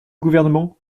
gouvernement